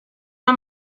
una